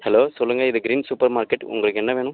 hello சொல்லுங்கள் இது green supermarket உங்களுக்கு என்ன வேணும்